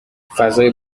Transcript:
فضای